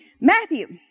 Matthew